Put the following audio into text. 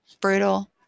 brutal